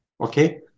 okay